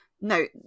no